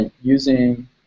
using